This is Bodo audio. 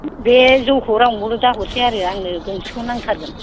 बे जौखौ रावनोबो दाहरसै आरो आंनो गंसेखौनो नांथारगोन